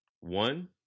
One